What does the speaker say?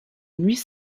nuits